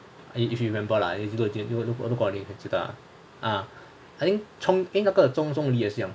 and you if you remember lah if you if you if you 如果你这个 ah I think 那个那个 chong zhong li 也是一样